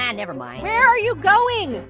and nevermind. where are you going?